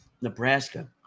Nebraska